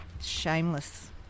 Shameless